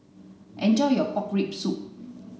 enjoy your pork rib soup